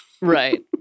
Right